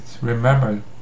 Remember